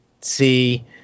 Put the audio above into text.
see